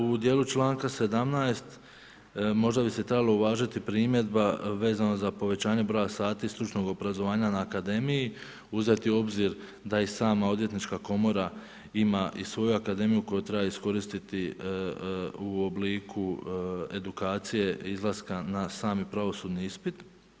U djelu članka 17. možda bi se trebalo uvažiti primjedba vezano za povećanje broja sati stručnog obrazovanja na akademiji, uzeti u obzir, da i sama odvjetnička komora, ima i svoju akademiju koju treba iskoristiti, u obliku edukacije, izlaska na sami pravosudni ispit.